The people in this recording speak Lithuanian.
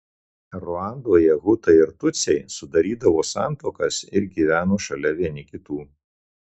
ruandoje hutai ir tutsiai sudarydavo santuokas ir gyveno šalia vieni kitų